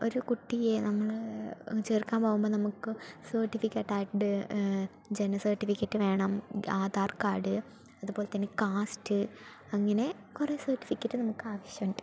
ഒരു കുട്ടിയെ നമ്മൾ ചേർക്കാൻ പോകുമ്പോൾ നമുക്ക് സർട്ടിഫികറ്റായിട്ട് ജനന സർട്ടിഫിക്കറ്റ് വേണം ആധാർ കാർഡ് അതുപോലെത്തന്നെ കാസ്റ്റ് അങ്ങനെ കുറേ സർട്ടിഫിക്കറ്റ് നമുക്ക് ആവശ്യമുണ്ട്